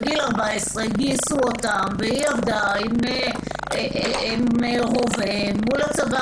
בגיל 14 גייסו אותה והיא עמדה עם רובה מול הצבא